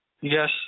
Yes